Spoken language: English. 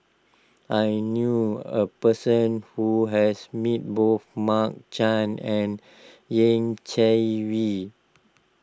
I knew a person who has met both Mark Chan and Yeh Chi Wei